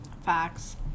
facts